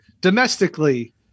domestically